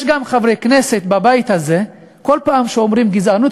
יש גם חברי כנסת בבית הזה שכל פעם שאומרים "גזענות",